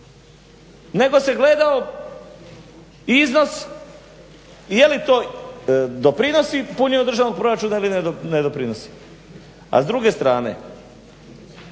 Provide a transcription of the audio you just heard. nego se gledao iznos je li to doprinosi punjenju državnog proračuna ili ne doprinosi. A s druge strane,